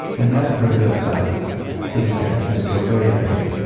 and that brings us back to the san francisco bay area.